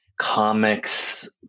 comics